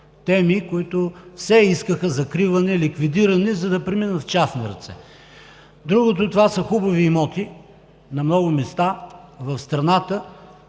теми, които все искаха закриване, ликвидиране, за да преминат в частни ръце. Другото, това са хубави имоти на много места в страната,